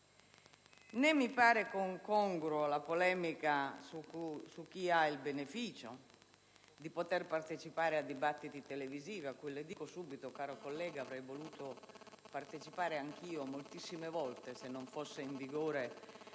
Né mi pare congrua la polemica su chi ha il beneficio di partecipare a dibattiti televisivi, ai quali - lo sottolineo subito, caro collega - avrei voluto partecipare anch'io moltissime volte, se non fosse in vigore